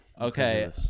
Okay